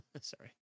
Sorry